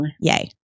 Yay